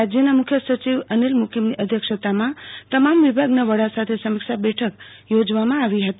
રાજયના મુખ્ય સચિવ અનિલ મુકીમની અધ્યક્ષતામાં તમામ વિભાગના વડા સાથે સમીક્ષા બેઠક યોજવામાં આવી હતી